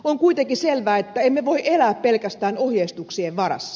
on kuitenkin selvää että emme voi elää pelkästään ohjeistuksien varassa